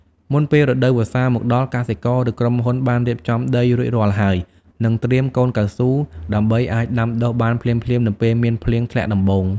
មុនពេលរដូវវស្សាមកដល់ កសិករ ឬក្រុមហ៊ុនបានរៀបចំដីរួចរាល់ហើយ និងត្រៀមកូនកៅស៊ូ ដើម្បីអាចដាំដុះបានភ្លាមៗនៅពេលមានភ្លៀងធ្លាក់ដំបូង។